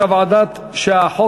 אם כן, רבותי, הצעת חוק